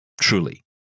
truly